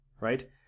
right